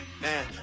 Man